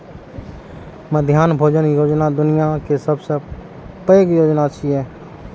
मध्याह्न भोजन योजना दुनिया के सबसं पैघ योजना छियै